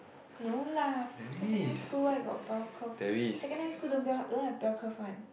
no lah secondary school where got bell curve secondary school don't bell don't have bell curve one